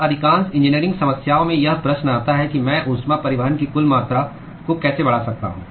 अब अधिकांश इंजीनियरिंग समस्याओं में यह प्रश्न आता है कि मैं ऊष्मा परिवहन की कुल मात्रा को कैसे बढ़ा सकता हूँ